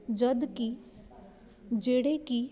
ਜਦੋਂ ਕਿ ਜਿਹੜੇ ਕਿ